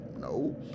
no